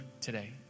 today